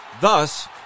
thus